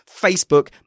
facebook